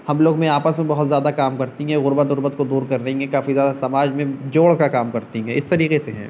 ہم لوگ میں آپس میں بہت زیادہ کام کرتی ہیں غربت اربت کو دور کرنے کی کافی زیادہ سماج میں جوڑ کا کام کرتی ہیں اس طریقے سے ہیں